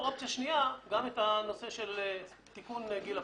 אופציה שנייה גם את הנושא של תיקון גיל הפרישה.